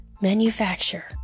manufacture